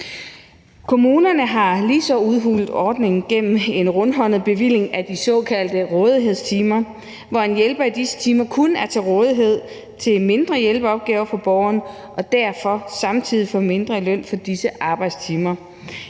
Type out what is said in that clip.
Kommunerne har ligeledes udhulet ordningen gennem en rundhåndet bevilling af de såkaldte rådighedstimer, hvor en hjælper i disse timer kun er til rådighed til mindre hjælpeopgaver for borgeren og derfor samtidig får mindre i løn for disse arbejdstimer.